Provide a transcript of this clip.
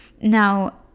Now